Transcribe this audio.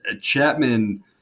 chapman